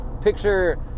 Picture